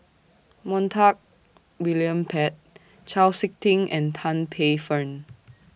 Montague William Pett Chau Sik Ting and Tan Paey Fern